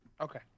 Okay